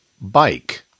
Bike